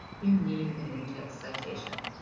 you need an in-text citation.